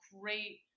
great